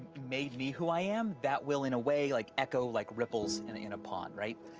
made me who i am, that will, in a way, like echo like ripples in in a pond, right?